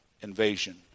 invasion